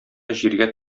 җиргә